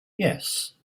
yes